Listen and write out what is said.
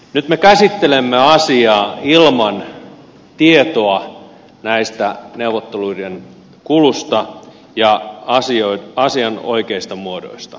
nyt me käsittelemme asiaa ilman tietoa näiden neuvotteluiden kulusta ja asian oikeista muodoista